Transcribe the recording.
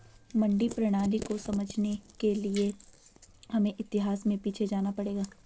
मंडी प्रणाली को समझने के लिए हमें इतिहास में पीछे जाना पड़ेगा